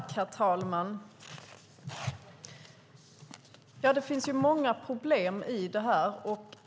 Herr talman! Det finns många problem i detta.